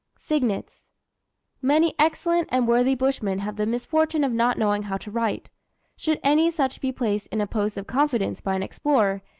signets many excellent and worthy bushmen have the misfortune of not knowing how to write should any such be placed in a post of confidence by an explorer,